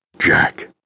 Jack